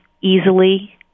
easily